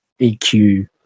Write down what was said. EQ